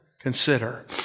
consider